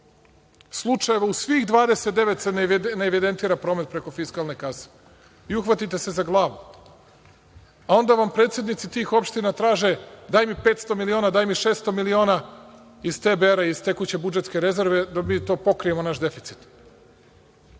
slučajeva, u svih 29 se ne evidentira promet preko fiskalne kase. I, uhvatite se za glavu, a onda vam predsednici tih opština traže - daj mi 500 miliona, daj mi 600 miliona, iz tbr. iz tekuće budžetske rezerve, da mi pokrijemo naš deficit,